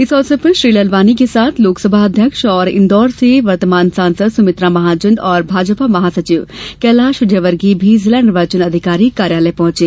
इस अवसर पर श्री ललवानी के साथ लोकसभा अध्यक्ष और इंदौर से वर्तमान सांसद सुमित्रा महाजन और भाजपा महासचिव कैलाश विजयवर्गीय भी जिला निर्वाचन अधिकारी कार्यालय पहुंचे